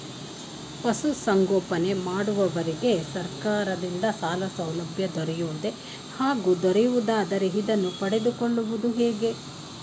ಪಶುಸಂಗೋಪನೆ ಮಾಡುವವರಿಗೆ ಸರ್ಕಾರದಿಂದ ಸಾಲಸೌಲಭ್ಯ ದೊರೆಯುವುದೇ ಹಾಗೂ ದೊರೆಯುವುದಾದರೆ ಇದನ್ನು ಪಡೆದುಕೊಳ್ಳುವುದು ಹೇಗೆ?